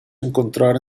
encontrar